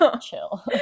chill